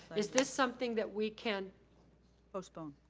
is this something that we can postpone.